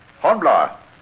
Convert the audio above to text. Hornblower